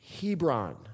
Hebron